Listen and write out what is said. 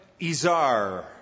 Izar